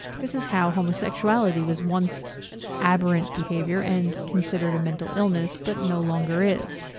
this is how homosexuality was once aberrant behavior and considered a mental illness but no longer is.